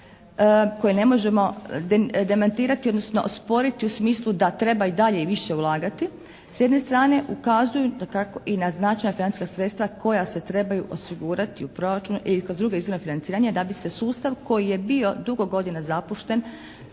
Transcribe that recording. koji ne možemo demantirati odnosno osporiti u smislu da treba i dalje i više ulagati s jedne strane ukazuju dakako i na značajna financijska sredstva koja se trebaju osigurati u proračunu i kod drugih izvora financiranja da bi se sustav koji je bio dugo godina zapušten